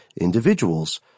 individuals